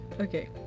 okay